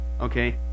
okay